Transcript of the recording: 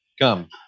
come